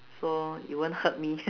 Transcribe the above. so it won't hurt me